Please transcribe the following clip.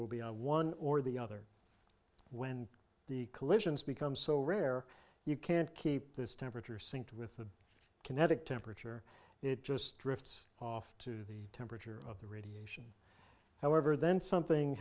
will be one or the other when the collisions become so rare you can't keep this temperature sync with the kinetic temperature it just drifts off to the temperature of the radiation however then something